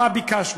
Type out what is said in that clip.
מה ביקשנו?